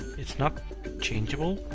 it's not changeable,